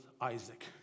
Isaac